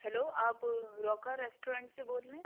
hello آپ روکہ restaurant سے بول رہے ہیں